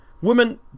Women